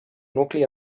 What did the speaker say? nucli